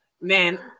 Man